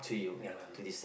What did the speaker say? ya lah